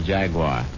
Jaguar